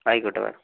ആയിക്കോട്ടെ മേഡം